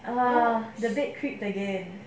oh no the bed creaked again